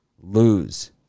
lose